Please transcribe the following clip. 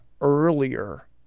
earlier